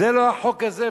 זה לא החוק הזה.